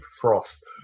frost